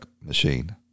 machine